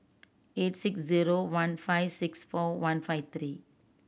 eight six zero one five six four one five three